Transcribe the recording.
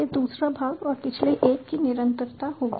यह दूसरा भाग और पिछले एक की निरंतरता होगी